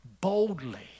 boldly